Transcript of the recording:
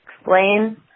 Explain